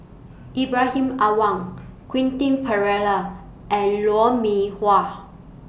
Ibrahim Awang Quentin Pereira and Lou Mee Wah